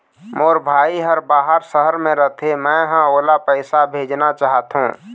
मोर भाई हर बाहर शहर में रथे, मै ह ओला पैसा भेजना चाहथों